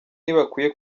ntibakwiye